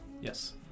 Yes